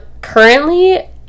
currently